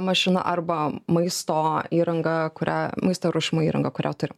mašina arba maisto įranga kurią maisto ruošimo įranga kurią turim